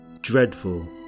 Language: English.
Dreadful